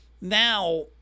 now